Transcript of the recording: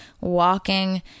walking